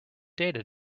data